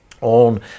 on